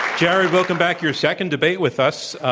jared, welcome back. your second debate with us.